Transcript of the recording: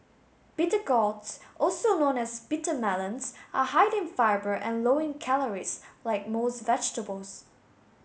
bitter gourds also known as bitter melons are high in fibre and low in calories like most vegetables